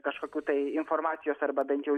kažkokių tai informacijos arba bent jau